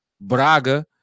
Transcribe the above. Braga